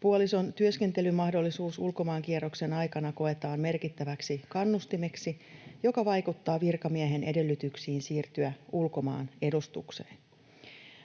Puolison työskentelymahdollisuus ulkomaankierroksen aikana koetaan merkittäväksi kannustimeksi, joka vaikuttaa virkamiehen edellytyksiin siirtyä ulkomaanedustukseen.